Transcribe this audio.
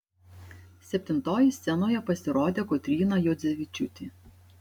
septintoji scenoje pasirodė kotryna juodzevičiūtė